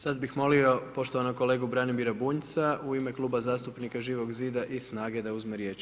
Sada bih molio poštovanog kolegu Branimira Bunjca u ime Kluba zastupnika Živog zida i SNAGA-e da uzme riječ.